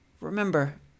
Remember